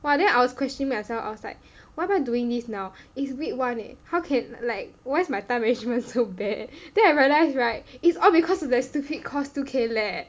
!wah! then I was questioning myself I was like why am I doing this now is week one leh how can like why is my time management so bad then I realise right it's all because of the stupid course two K lab leh